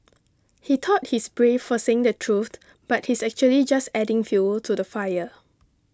he thought he's brave for saying the truth but he's actually just adding fuel to the fire